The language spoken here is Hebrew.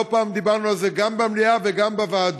ולא פעם דיברנו על זה גם במליאה וגם בוועדות.